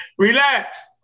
Relax